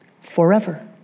Forever